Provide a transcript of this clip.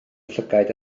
llygaid